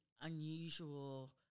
unusual